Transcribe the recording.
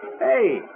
Hey